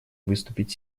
выступить